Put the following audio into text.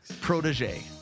protege